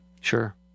Sure